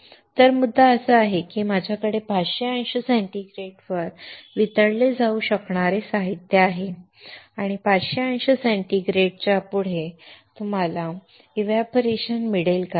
तर मुद्दा असा आहे की माझ्याकडे ५०० अंश सेंटीग्रेडवर वितळले जाऊ शकणारे साहित्य आहे आणि ५०० अंश सेंटीग्रेडच्या पुढे तुम्हाला बाष्पीभवन मिळेल का